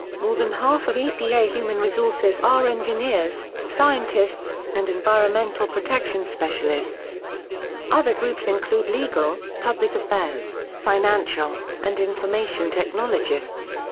more than half of epa human resources are engineers, scientists, and environmental protection specialists other groups include legal, public affairs, financial, and information technologists.